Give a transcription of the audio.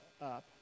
up